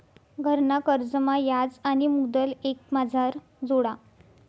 घरना कर्जमा याज आणि मुदल एकमाझार जोडा